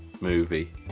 movie